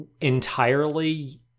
entirely